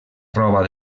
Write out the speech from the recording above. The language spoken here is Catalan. roba